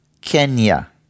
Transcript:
Kenya